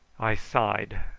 i sighed,